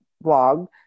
blog